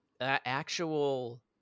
actual